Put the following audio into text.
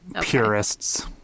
Purists